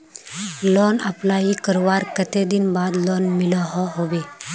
Loan apply करवार कते दिन बाद लोन मिलोहो होबे?